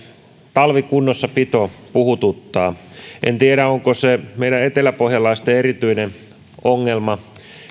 talvikunnossapito puhututtaa en tiedä onko se meidän eteläpohjalaisten erityinen ongelma